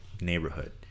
Neighborhood